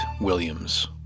Williams